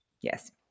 Yes